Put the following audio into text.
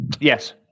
Yes